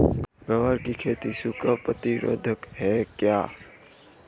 ग्वार की खेती सूखा प्रतीरोधक है क्या?